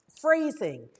phrasing